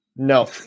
No